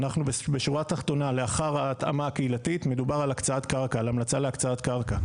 בשורה התחתונה לאחר ההתאמה הקהילתית מדובר על המלצה להקצאת קרקע.